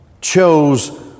chose